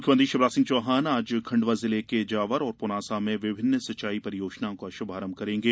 मुख्यमंत्री शिवराज सिंह चौहान आज खंडवा जिले के जावर और पुनासा में विभिन्न सिंचाई परियोजनाओं का शुभारंभ करेंगे